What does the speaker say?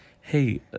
hey